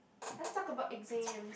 let's talk about exam